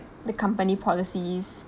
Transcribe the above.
the company policies